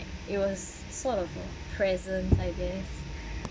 it was sort of a present I guess